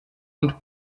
und